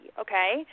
okay